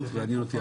יותר מעניין אותי,